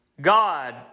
God